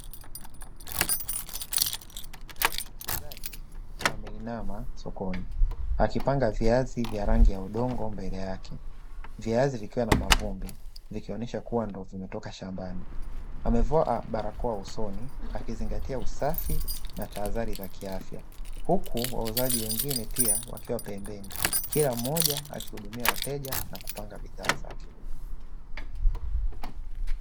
Muuzaji ameinama sokoni akipanga viazi vya rangi ya udongo mbele yake, viazi vikiwa na mavumbi vikionyesha vimetoka shambani. Amevaa barakoa usoni akizingatia usafi na tahadhari za kiafya, huku wauzaji wengine wakiwa pembeni kila mmoja akihudumia wateja na kupanga bidhaa zake.